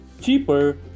cheaper